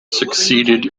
succeeded